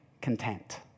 content